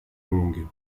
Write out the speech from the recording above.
longue